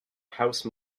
house